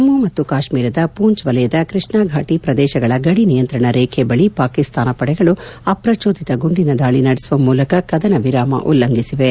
ಜಮ್ಮ ಮತ್ತು ಕಾಶ್ಮೀರದ ಪೂಂಚ್ ವಲಯದ ಕೃಷ್ಣಾಫಾಟ ಪ್ರದೇಶಗಳ ಗಡಿ ನಿಯಂತ್ರಣ ರೇಬೆ ಬಳಿ ಪಾಕಿಸ್ತಾನ ಪಡೆಗಳು ಅಪ್ರಜೋದಿತ ಗುಂಡಿನ ದಾಳಿ ನಡೆಸುವ ಮೂಲಕ ಕದನ ವಿರಾಮ ಉಲ್ಲಂಘಿಸಿವೆ